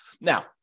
Now